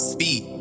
Speed